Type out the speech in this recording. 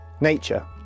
nature